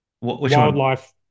Wildlife